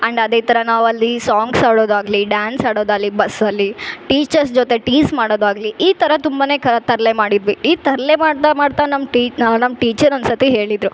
and ಅದೇ ಥರ ನಾವಲ್ಲಿ ಸಾಂಗ್ಸ್ ಹಾಡೋದಾಗ್ಲಿ ಡಾನ್ಸ್ ಹಾಡೋದಾಲಿ ಬಸ್ಸಲ್ಲಿ ಟೀಚರ್ಸ್ ಜೊತೆ ಟೀಸ್ ಮಾಡೋದಾಗಲಿ ಈ ಥರ ತುಂಬನೇ ಕ ತರಲೆ ಮಾಡಿದ್ವಿ ಈ ತರಲೆ ಮಾಡ್ತಾ ಮಾಡ್ತಾ ನಮ್ಮ ಟಿ ನಮ್ಮ ಟೀಚರ್ ಒಂದ್ಸರ್ತಿ ಹೇಳಿದರು